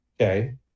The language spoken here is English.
Okay